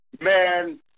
man